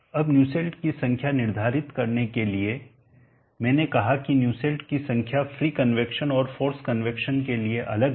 अब न्यूसेल्ट की संख्या निर्धारित करने के लिए मैंने कहा कि न्यूसेल्ट की संख्या फ्री कन्वैक्शन और फोर्स कन्वैक्शनके लिए अलग है